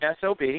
SOB